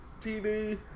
TV